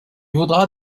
vaudra